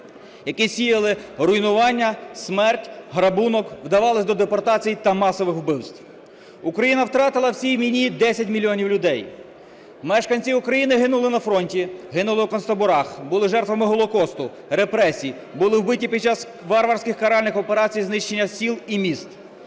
які сіяли руйнування, смерть, грабунок, вдавалися до депортації та масових вбивств. Україна втратила в цій війні 10 мільйонів людей. Мешканці України гинули на фронті, гинули в концтаборах, були жертвами Голокосту, репресій, були вбиті під час варварських каральних операцій знищення сіл і міст.